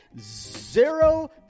Zero